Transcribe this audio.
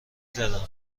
زدم